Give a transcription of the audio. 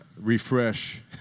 refresh